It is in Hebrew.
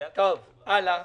זאת הסיבה.